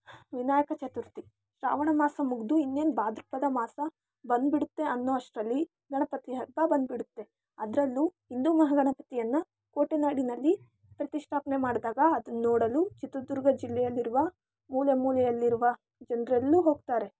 ವಿನಾಯಕ ಚತುರ್ಥಿ ಶ್ರಾವಣ ಮಾಸ ಮುಗಿದು ಇನ್ನೇನು ಭಾದ್ರಪದ ಮಾಸ ಬಂದ್ಬಿಡುತ್ತೆ ಅನ್ನೋವಷ್ಟರಲ್ಲಿ ಗಣಪತಿ ಹಬ್ಬ ಬಂದ್ಬಿಡುತ್ತೆ ಅದರಲ್ಲೂ ಹಿಂದೂ ಮಹಾಗಣಪತಿಯನ್ನು ಕೋಟೆನಾಡಿನಲ್ಲಿ ಪ್ರತಿಷ್ಠಾಪನೆ ಮಾಡಿದಾಗ ಅದನ್ನು ನೋಡಲು ಚಿತ್ರದುರ್ಗ ಜಿಲ್ಲೆಯಲ್ಲಿರುವ ಮೂಲೆ ಮೂಲೆಯಲ್ಲಿರುವ ಜನರು ಎಲ್ಲರೂ ಹೋಗ್ತಾರೆ